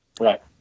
Right